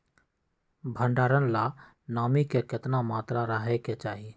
भंडारण ला नामी के केतना मात्रा राहेके चाही?